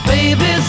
Baby